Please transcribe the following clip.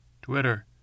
Twitter